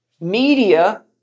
media